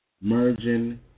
merging